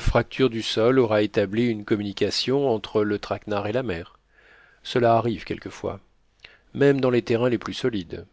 fracture du sol aura établi une communication entre le traquenard et la mer cela arrive quelquefois même dans les terrains les plus solides